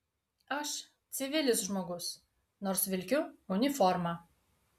aš civilis žmogus nors vilkiu uniformą